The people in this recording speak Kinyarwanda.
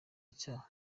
icyaha